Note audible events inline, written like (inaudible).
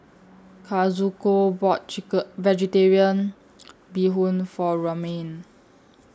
Kazuko bought (unintelligible) Vegetarian Bee Hoon For Romaine